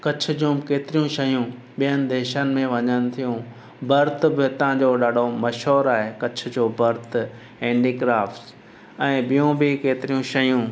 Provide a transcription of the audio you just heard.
कच्छ जूं केतिरी शयूं ॿियनि देशनि में वञनि थियूं बर्त बि हितां जो ॾाढो मशहूरु आहे कच्छ जो बर्त हैंडीक्राफ़्ट्स ऐं ॿियूं बि केतरियूं शयूं